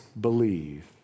believe